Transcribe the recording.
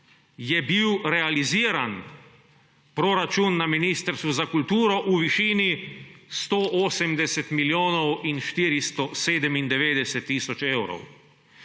je bil realiziran proračun na Ministrstvu za kulturo v višini 180 milijonov in 497 tisoč evrov.